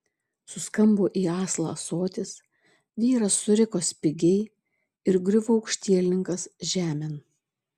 suskambo į aslą ąsotis vyras suriko spigiai ir griuvo aukštielninkas žemėn